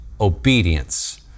obedience